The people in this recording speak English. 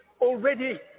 already